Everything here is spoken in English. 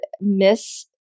miss